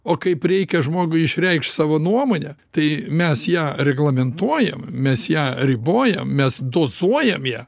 o kaip reikia žmogui išreikšt savo nuomonę tai mes ją reglamentuojam mes ją ribojam mes dozuojam ją